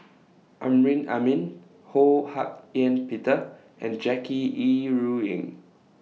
Amrin Amin Ho Hak Ean Peter and Jackie Yi Ru Ying